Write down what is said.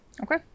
Okay